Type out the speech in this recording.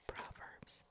Proverbs